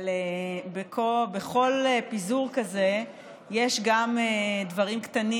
אבל בכל פיזור כזה יש גם דברים קטנים